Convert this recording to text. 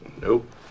Nope